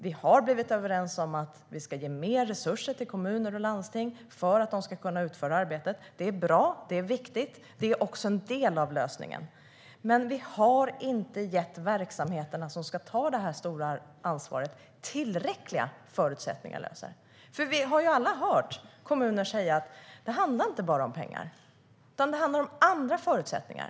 Vi har blivit överens om att vi ska ge mer resurser till kommuner och landsting för att de ska kunna utföra arbetet. Det är bra. Det är viktigt. Det är också en del av lösningen. Men vi har inte gett de verksamheter som ska ta detta stora ansvar tillräckliga förutsättningar att lösa detta. Vi har alla hört kommuner säga att det inte bara handlar om pengar. Det handlar även om andra förutsättningar.